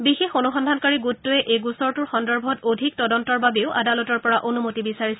বিশেষ অনুসন্ধানকাৰী গোটটোৰে এই গোচৰটোৰ সন্দৰ্ভত অধিক তদন্তৰ বাবেও আদালতৰ পৰা অনুমতি বিচাৰিছে